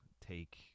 take